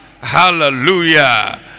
Hallelujah